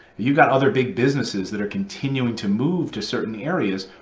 you've got other big businesses that are continuing to move to certain areas,